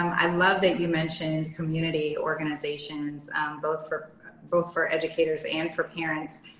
i love you mentioned community organizations both for both for educators and for parents.